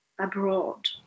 Abroad